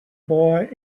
boy